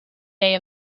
day